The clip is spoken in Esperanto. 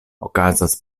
okazas